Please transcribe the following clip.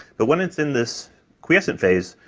but when it's in this quiescent phase,